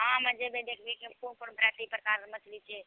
हाँ हम जेबए देखबै कि कोन कोन प्रकारके मछली छै